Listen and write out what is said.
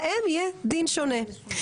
להם יהיה דין שונה,